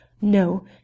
No